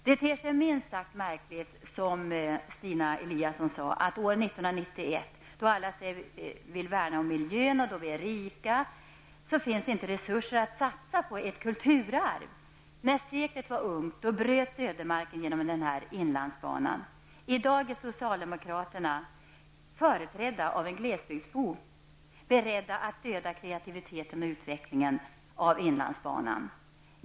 Det ter sig minst sagt märkligt, som Stina Eliasson sade, att det år 1991 när alla säger sig vilja värna om miljön och när vi är rika, inte finns resurser att satsa på ett kulturarv. Inlandsbanan drogs fram genom ödemarken när seklet var ungt. I dag är socialdemokraterna, företrädda av en glesbygdsbo, beredda att döda kreativiteten och utvecklingen av inlandsbanan.